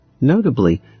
Notably